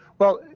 well,